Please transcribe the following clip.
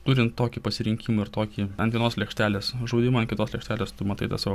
turint tokį pasirinkimą ir tokį ant vienos lėkštelės žudymą ant kitos lėkštelės tu matai tą savo